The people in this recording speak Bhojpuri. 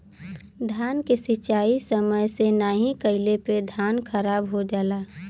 धान के सिंचाई समय से नाहीं कइले पे धान खराब हो जाला